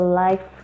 life